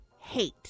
hate